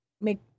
make